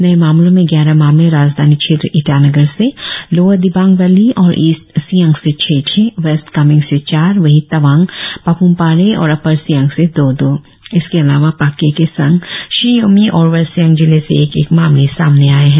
नए मामलों में ग्यारह मामले राजधानी क्षेत्र ईटानगर से लोअर दिबांग वैली और ईस्ट सियांग से छह छह वेस्ट कामेंग से चार वहीं तवांग पाप्मपारे और अपर सियांग से दो दो इसके अलावा पाक्के केसांग शी योमी और वेस्ट सियांग़ जिले से एक एक मामले सामने आए है